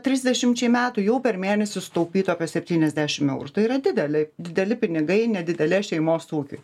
trisdešimčiai metų jau per mėnesį sutaupytų apie septyniasdešim eurų tai yra dideli dideli pinigai nedidelės šeimos ūkiui